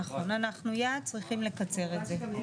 נכון, היעד זה לקצר את זה.